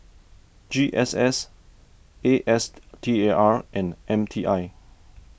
G S S A S T A R and M T I